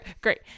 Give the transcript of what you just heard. great